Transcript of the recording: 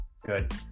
good